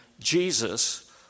Jesus